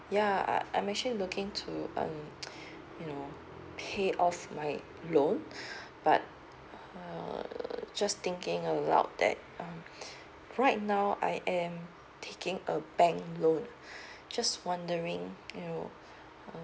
yeah I'm actually looking to um you know pay off my loan but err just thinking aloud that um right now I am taking a bank loan just wondering you know err